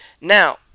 Now